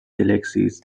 galaxies